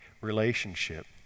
relationship